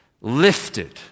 lifted